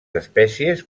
espècies